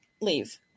leave